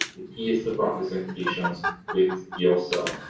the key is to practicing patience with yourself.